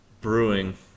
brewing